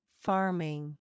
farming